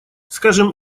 скажем